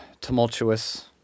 tumultuous